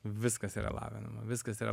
viskas yra lavinama viskas yra